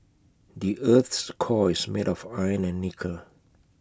the Earth's core is made of iron and nickel